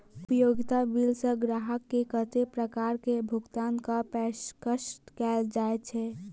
उपयोगिता बिल सऽ ग्राहक केँ कत्ते प्रकार केँ भुगतान कऽ पेशकश कैल जाय छै?